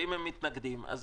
ואם הם מתנגדים אז